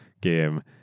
game